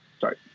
sorry